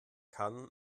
kann